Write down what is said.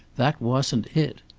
that wasn't it.